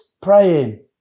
praying